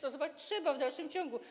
Trzeba w dalszym ciągu.